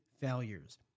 failures